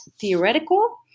theoretical